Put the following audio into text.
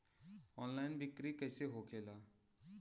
Online बिक्री कैसे होखेला?